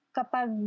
kapag